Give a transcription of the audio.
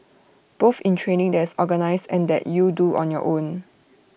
both in training that is organised and that you do on your own